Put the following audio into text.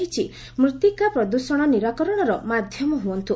ରହିଛି 'ମୂଉିକା ପ୍ରଦୃଷଣ ନିରାକରଣର ମାଧ୍ୟମ ହୁଅନ୍ତୁ